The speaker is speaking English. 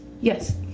yes